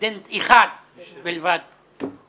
קדמנו הצעת חוק שלי על הקדמת המועד לתשלום גמלה לפני חגים,